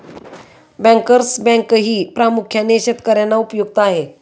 bankers बँकही प्रामुख्याने शेतकर्यांना उपयुक्त आहे